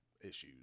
issues